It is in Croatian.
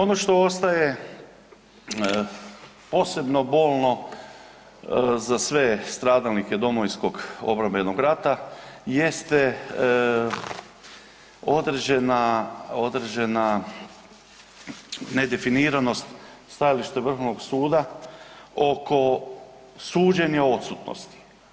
Ono što ostaje posebno bolno za sve stradalnike Domovinskog obrambenog rata jeste određena nedefiniranost stajalište Vrhovnog suda oko suđenja u odsutnosti.